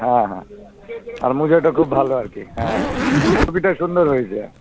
হ্যাঁ হ্যাঁ আর মুজাটা খুব ভালো আর কি হ্যাঁ টুপিটা সুন্দর হয়েছে